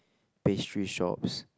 pastry shops